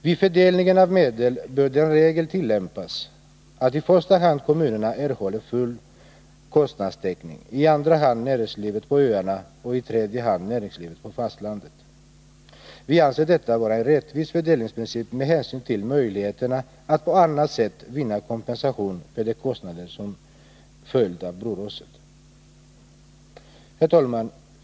Vid fördelningen av medel bör den regeln tillämpas att i första hand kommunerna erhåller full kostnadstäckning, i andra hand näringslivet på öarna och i tredje hand näringslivet på fastlandet. Vi anser detta vara en rättvis fördelningsprincip med hänsyn till möjligheterna att på annat sätt vinna kompensation för de kostnader som följt av broraset. Herr talman!